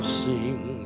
sing